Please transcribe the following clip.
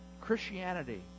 Christianity